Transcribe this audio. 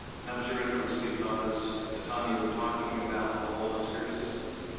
and that was your inference because, at the time you were talking about the hold on security assistance?